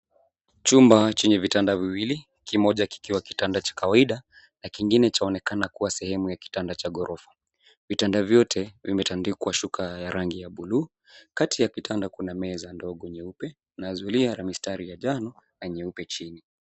Chumba chenye vitanda viwili, kimoja kikiwa kitanda cha kawaida na kingine chaonekana kuwa sehemu ya kitanda cha ghorofa. Vitanda vyote vimetandikwa shuka ya rangi ya buluu. Kati ya vitanda, kuna meza ndogo nyeupe na zulia la mistari njano na nyeupe chini.